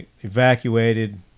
evacuated